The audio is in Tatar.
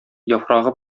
яфрагы